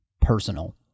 personal